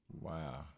Wow